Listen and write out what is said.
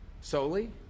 Solely